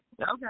Okay